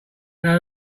know